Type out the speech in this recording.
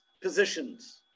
positions